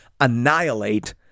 annihilate